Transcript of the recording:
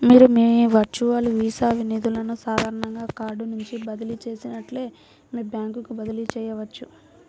మీరు మీ virtual visa నిధులను సాధారణ కార్డ్ నుండి బదిలీ చేసినట్లే మీ బ్యాంకుకు బదిలీ చేయవచ్చు